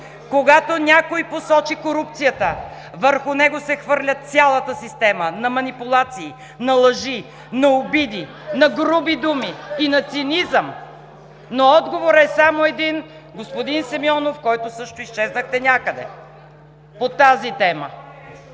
Когато някой посочи корупцията, върху него се хвърля цялата система на манипулации, на лъжи, на обиди, на груби думи и на цинизъм, но отговорът е само един, господин Симеонов, който също изчезнахте някъде, по тази тема.